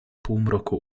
półmroku